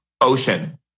ocean